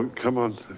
um come on,